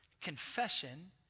confession